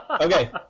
Okay